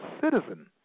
citizen